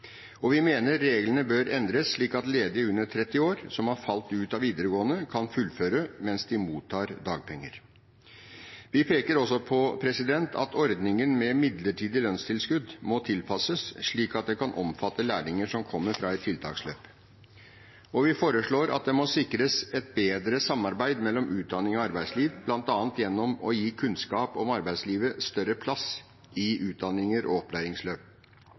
Og vi mener reglene bør endres, slik at ledige under 30 år som har falt ut av videregående, kan fullføre mens de mottar dagpenger. Vi peker også på at ordningen med midlertidig lønnstilskudd må tilpasses slik at den kan omfatte lærlinger som kommer fra et tiltaksløp. Og vi foreslår at det må sikres et bedre samarbeid mellom utdanning og arbeidsliv, bl.a. gjennom å gi kunnskap om arbeidslivet større plass i utdanninger og opplæringsløp.